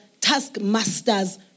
taskmasters